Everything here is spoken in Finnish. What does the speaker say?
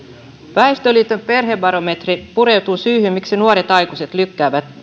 väestöliiton perhebarometri pureutuu syihin miksi nuoret aikuiset lykkäävät